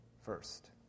first